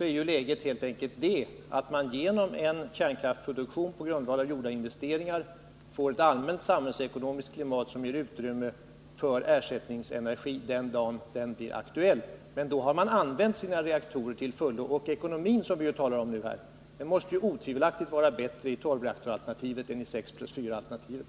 är läget helt enkelt det att man genom en kärnkraftsproduktion på grundval av gjorda investeringar får ett allmänt samhällsekonomiskt klimat som ger utrymme för ersättningsenergi den dag en sådan blir aktuell, men då har man ju använt sina reaktorer till fullo. Den ekonomi som vi här talar om måste otvivelaktigt vara bättre i tolvreaktorsalternativet än i sex plus fyra-alternativet.